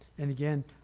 and again,